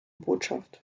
botschaft